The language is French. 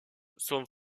son